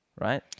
Right